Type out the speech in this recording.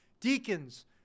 deacons